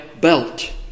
belt